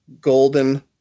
golden